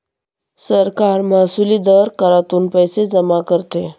सरकार महसुली दर करातून पैसे जमा करते